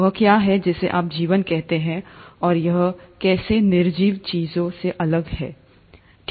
वह क्या है जिसे आप जीवन कहते हैं और यह कैसे निर्जीव चीजों से अलग है